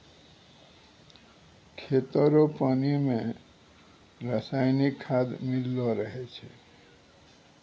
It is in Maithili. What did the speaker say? खेतो रो पानी मे रसायनिकी खाद मिल्लो रहै छै